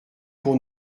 pour